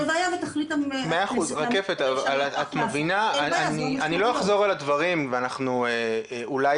היה ותחליט הכנסת --- אני לא אחזור על הדברים ואנחנו אולי